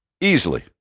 Easily